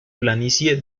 planicie